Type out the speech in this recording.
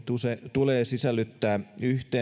tulee sisällyttää